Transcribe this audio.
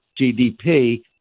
GDP